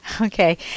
Okay